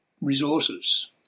resources